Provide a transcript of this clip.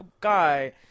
guy